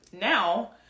Now